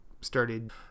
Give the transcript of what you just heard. started